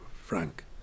frank